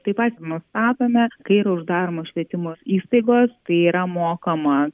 taip pat nustatome kai yra uždaromos švietimo įstaigos tai yra mokama